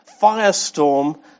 firestorm